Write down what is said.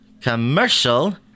commercial